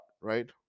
right